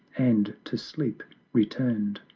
and to sleep return'd.